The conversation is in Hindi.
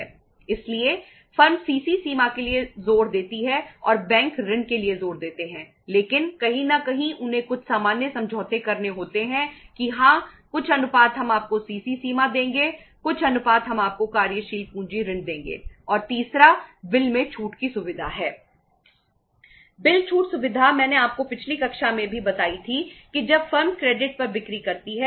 इसलिए फर्म सीसी है